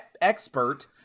expert